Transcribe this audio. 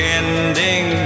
ending